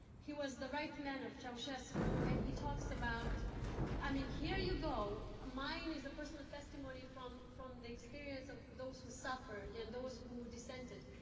he was the right man of ceausescu, and he talks about i mean, here you go mine is a personal testimony from from the experience of those who suffered and those who dissented,